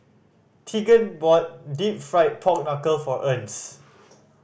Tegan bought Deep Fried Pork Knuckle for Ernst